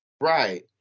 Right